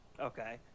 Okay